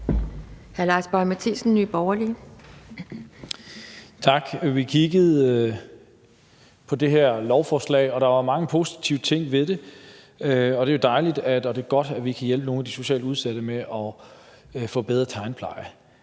Tak. Vi kiggede på det her lovforslag, og der var mange positive ting ved det, og det er jo dejligt, og det er godt, at vi kan hjælpe nogle af de socialt udsatte med at få en bedre tandpleje.